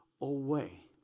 away